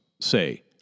say